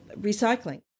recycling